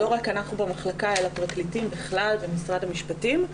לא רק אנחנו במחלקה אלא פרקליטים בכלל ומשרד המשפטים.